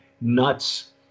nuts